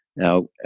now,